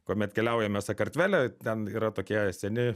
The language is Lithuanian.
kuomet keliaujame sakartvele ten yra tokie seni